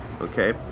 okay